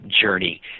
journey